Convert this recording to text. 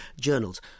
journals